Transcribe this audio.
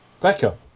Becca